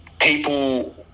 people